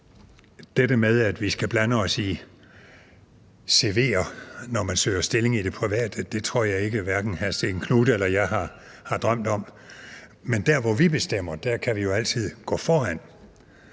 Det med, at vi skal blande os i cv'er, når man søger stilling i det private, tror jeg hverken hr. Stén Knuth eller jeg har drømt om. Men der, hvor vi bestemmer, kan vi jo altid gå foran.